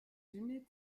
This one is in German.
dünne